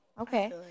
Okay